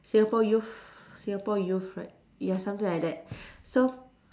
Singapore youth Singapore youth right ya something like that so